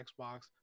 xbox